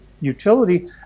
utility